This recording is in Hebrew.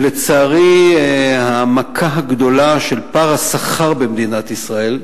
לצערי, המכה הגדולה של פער השכר במדינת ישראל,